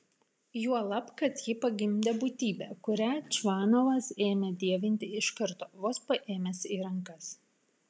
juolab kad ji pagimdė būtybę kurią čvanovas ėmė dievinti iš karto vos paėmęs į rankas